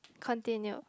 continue